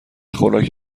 خوراک